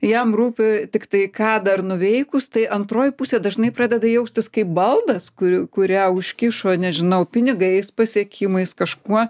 jam rūpi tiktai ką dar nuveikus tai antroji pusė dažnai pradeda jaustis kaip baldas kur kurią užkišo nežinau pinigais pasiekimais kažkuo